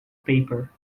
paper